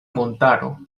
montaro